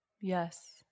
yes